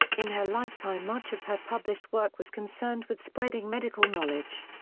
in her lifetime much of her published work was concerned with spreading medical knowledge.